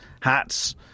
hats